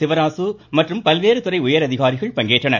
சிவராசு மற்றும் பல்வேறு துறை உயர் அதிகாரிகள் பங்கேற்றனர்